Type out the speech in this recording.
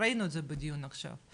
ראינו את זה בדיון עכשיו,